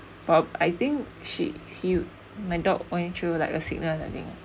prob~ I think she he my dog went through like a sickness I think